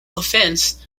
offense